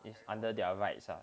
is under their rights ah